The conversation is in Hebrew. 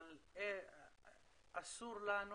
אבל אסור לנו